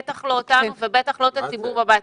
בטח לא אותנו ובטח לא את הציבור בבית.